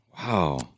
Wow